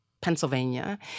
Pennsylvania